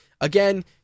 again